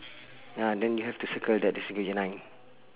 ya then you have to circle that nine